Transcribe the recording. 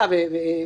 הוא הסדר מאפשר.